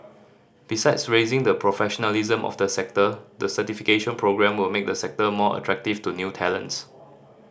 besides raising the professionalism of the sector the certification programme will make the sector more attractive to new talents